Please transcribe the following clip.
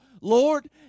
Lord